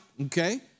okay